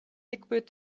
liquid